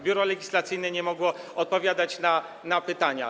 Biuro Legislacyjne nie mogło odpowiadać na pytania.